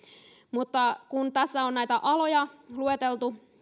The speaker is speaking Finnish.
tässä on näitä aloja lueteltu